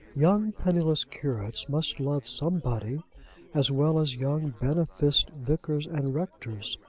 young penniless curates must love somebody as well as young beneficed vicars and rectors.